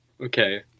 Okay